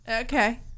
Okay